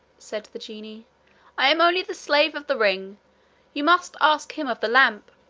said the genie i am only the slave of the ring you must ask him of the lamp.